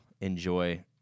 enjoy